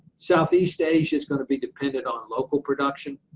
southeast asia is going to be dependent on local production.